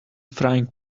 frying